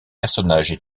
personnages